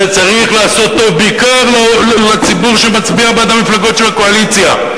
זה צריך לעשות בעיקר לציבור שמצביע בעד המפלגות של הקואליציה.